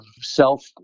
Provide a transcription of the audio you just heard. self